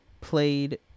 played